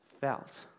felt